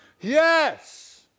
yes